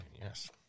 yes